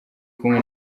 kumwe